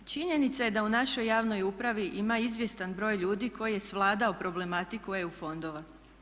Činjenica je da u našoj javnoj upravi ima izvjestan broj ljudi koji je svladao problematiku EU fondova.